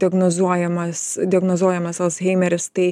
diagnozuojamas diagnozuojamas alzheimeris tai